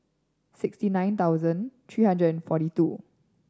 sixty nine thousand three hundred and forty two